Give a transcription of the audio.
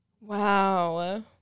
wow